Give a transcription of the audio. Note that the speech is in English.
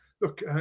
Look